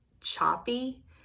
choppy